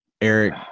Eric